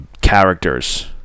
characters